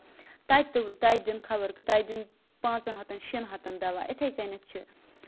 تَتہِ تہِ تَتہِ دِن خبر کٲ تَتہِ دِن پانژَن ہَتَن شیٚن ہَتَن دو یِتھے کَنیتھ چھِ